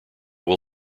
will